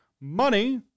money